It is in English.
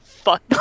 fuck